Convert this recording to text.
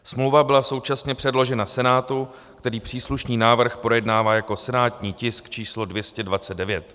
Smlouva byla současně předložena Senátu, který příslušný návrh projednává jako senátní tisk č. 229.